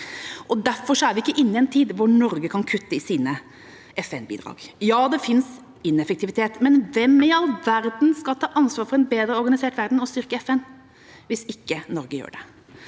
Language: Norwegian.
Derfor er vi ikke inne i en tid da Norge kan kutte i sine FN-bidrag. Ja, det fins ineffektivitet, men hvem i all verden skal ta ansvar for en bedre organisert verden og styrke FN hvis ikke Norge gjør det?